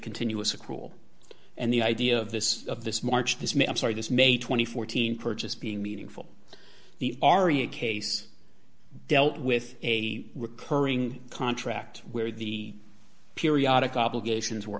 continuous a cruel and the idea of this of this march this may i'm sorry this may two thousand and fourteen purchase being meaningful the aria case dealt with a recurring contract where the periodic obligations were